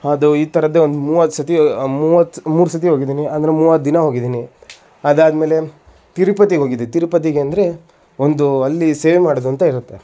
ಅದು ಈ ಥರದ್ದೇ ಒಂದು ಮೂವತ್ತು ಸತಿ ಮೂವತ್ತು ಮೂರು ಸತಿ ಹೋಗಿದ್ದೀನಿ ಅಂದರೆ ಮೂವತ್ತು ದಿನ ಹೋಗಿದ್ದೀನಿ ಅದಾದಮೇಲೆ ತಿರುಪತಿಗೆ ಹೋಗಿದ್ದೆ ತಿರುಪತಿಗೆ ಅಂದರೆ ಒಂದು ಅಲ್ಲಿ ಸೇವೆ ಮಾಡೋದು ಅಂತ ಇರತ್ತೆ